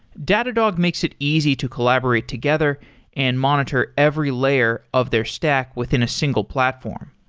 datadog makes it easy to collaborate together and monitor every layer of their stack within a single platform.